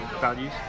values